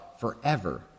forever